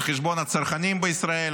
על חשבון הצרכנים בישראל,